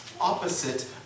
opposite